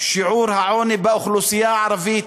שיעור העוני באוכלוסייה הערבית.